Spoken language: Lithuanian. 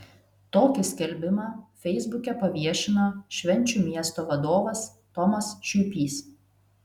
tokį skelbimą feisbuke paviešino švenčių miesto vadovas tomas šiuipys